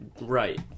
right